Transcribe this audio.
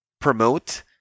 promote